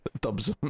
dubs